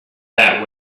that